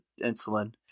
insulin